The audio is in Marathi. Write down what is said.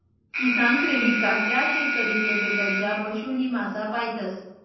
किसान क्रेडिट कार्ड त्या शेतकरीस ले भेटस ज्या पशु नी मासा पायतस